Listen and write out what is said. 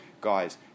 Guys